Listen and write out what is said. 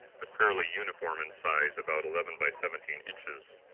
but fairly uniform in size, about eleven by seventeen inches.